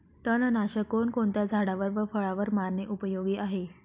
तणनाशक कोणकोणत्या झाडावर व फळावर मारणे उपयोगी आहे?